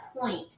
point